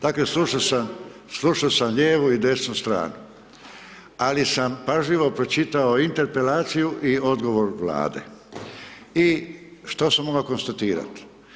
Dakle, sluš'o sam, sluš'o sam lijevu i desnu stranu, ali sam pažljivo pročitao interpelaciju i odgovor Vlade, i što sam moga' konstatirat?